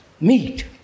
meet